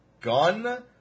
gun